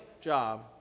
job